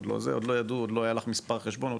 עוד לא היה לך מספר חשבון.